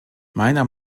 meiner